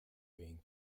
being